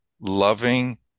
loving